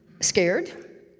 scared